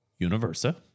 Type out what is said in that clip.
universa